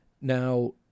Now